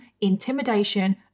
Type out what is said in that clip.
intimidation